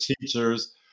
teachers